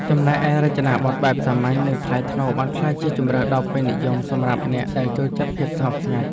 ចំណែកឯរចនាប័ទ្មបែបសាមញ្ញ និងថ្លៃថ្នូរបានក្លាយជាជម្រើសដ៏ពេញនិយមសម្រាប់អ្នកដែលចូលចិត្តភាពស្ងប់ស្ងាត់។